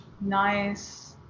nice